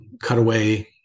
cutaway